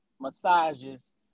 massages